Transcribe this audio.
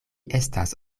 estas